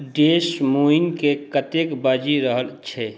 डेस मोइनके कतेक बाजि रहल छै